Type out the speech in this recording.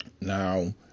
Now